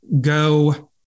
go